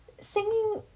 singing